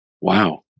Wow